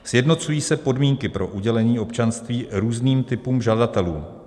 Sjednocují se podmínky pro udělení občanství různým typům žadatelů.